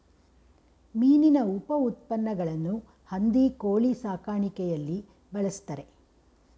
ಮೀನಿನ ಉಪಉತ್ಪನ್ನಗಳನ್ನು ಹಂದಿ ಕೋಳಿ ಸಾಕಾಣಿಕೆಯಲ್ಲಿ ಬಳ್ಸತ್ತರೆ